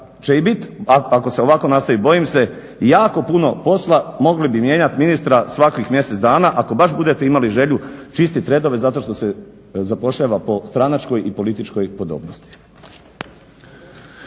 će i biti ako se ovako nastavi, bojim se jako puno posla mogli bi mijenjati ministra svakih mjesec dana ako baš budete imali želju čistiti redove zato što se zapošljava po stranačkoj i političkoj podobnosti.